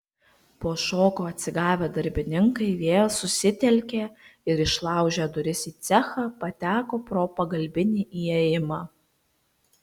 po šoko atsigavę darbininkai vėl susitelkė ir išlaužę duris į cechą pateko pro pagalbinį įėjimą